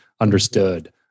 understood